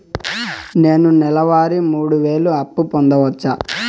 నేను నెల వారి మూడు వేలు అప్పు పొందవచ్చా?